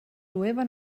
jueva